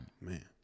man